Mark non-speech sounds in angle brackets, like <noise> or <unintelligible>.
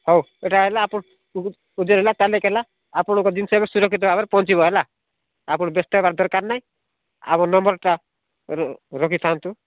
ହେଉ ଏଇଟା ହେଲା ଆପଣଙ୍କ <unintelligible> ଆପଣଙ୍କର ଜିନିଷ ଏବେ ସୁରକ୍ଷିତ ଭାବରେ ପହଞ୍ଚିବ ହେଲା ଆପଣ ବ୍ୟସ୍ତ ହେବାର ଦରକାର ନାହିଁ ଆମ ନମ୍ବର୍ଟା ରଖିଥାନ୍ତୁ